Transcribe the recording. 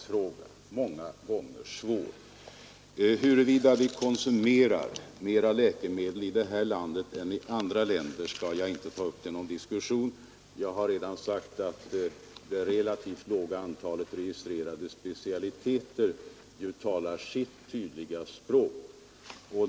Huruvida vi i detta land konsumerar mer läkemedel än man gör i andra länder skall jag inte ta upp till någon diskussion. Jag har redan sagt att det relativt begränsade antalet registrerade specialiteter talar sitt tydliga språk.